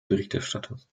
berichterstatters